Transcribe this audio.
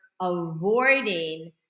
avoiding